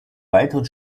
weiteren